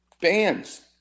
bands